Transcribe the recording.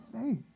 faith